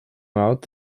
out